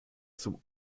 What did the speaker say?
zum